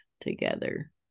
together